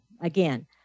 Again